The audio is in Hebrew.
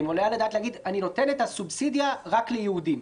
היעלה על הדעת להגיד: אני נותן את הסובסידיה רק ליהודים?